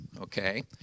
okay